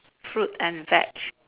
fruit and veg